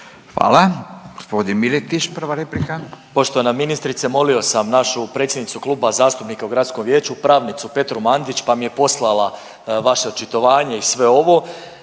replika. **Miletić, Marin (MOST)** Poštovana ministrice, molio sam našu predsjednicu kluba zastupnika u gradskom vijeću, pravnicu Petru Mandić pa mi je poslala vaše očitovanje i sve ovo,